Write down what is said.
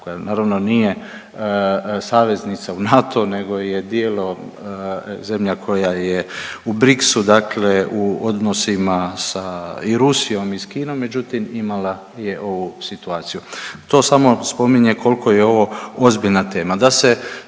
koja naravno nije saveznica u NATO, nego je djelom zemlja koja je u BRICS-u dakle u odnosima sa i Rusijom i s Kinom, međutim imala je ovu situaciju. To samo spominje koliko je ovo ozbiljna tema.